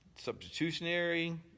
substitutionary